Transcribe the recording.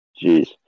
Jeez